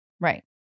Right